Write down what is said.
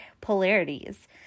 polarities